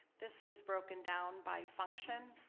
this is broken down by function.